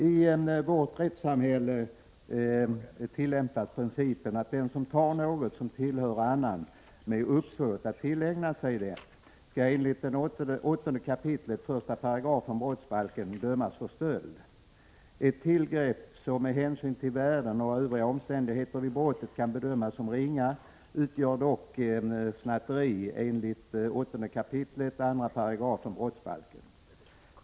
I vårt rättssamhälle tillämpas principen att den som tar något som tillhör annan med uppsåt att tillägna sig det skall enligt 8 kap. 1 § brottsbalken dömas för stöld. Ett tillgrepp som med hänsyn till värdet och övriga omständigheter vid brottet kan bedömas som ringa utgör dock snatteri enligt 8 kap. 2 § brottsbalken.